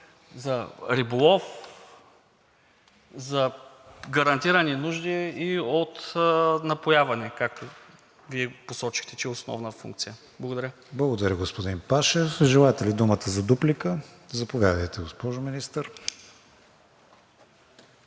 за риболов, за гарантирани нужди и от напояване, както Вие посочихте, че е основна функция. Благодаря. ПРЕДСЕДАТЕЛ КРИСТИАН ВИГЕНИН: Благодаря, господин Пашев. Желаете ли думата за дуплика? Заповядайте, госпожо Министър.